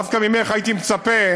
דווקא ממך הייתי מצפה,